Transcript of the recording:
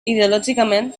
ideològicament